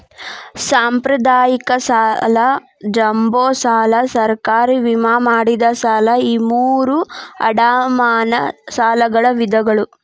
ಸಾಂಪ್ರದಾಯಿಕ ಸಾಲ ಜಂಬೋ ಸಾಲ ಸರ್ಕಾರಿ ವಿಮೆ ಮಾಡಿದ ಸಾಲ ಈ ಮೂರೂ ಅಡಮಾನ ಸಾಲಗಳ ವಿಧಗಳ